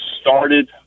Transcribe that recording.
started